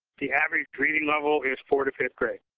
the average reading level is four to fifth grade.